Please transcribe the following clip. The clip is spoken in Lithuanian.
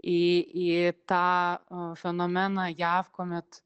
į į tą fenomeną jav kuomet